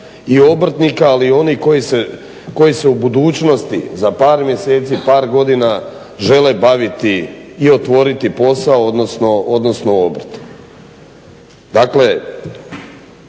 i obrtnika ali i onih koji se u budućnosti za par mjeseci, par godina žele baviti i otvoriti posao, odnosno obrt.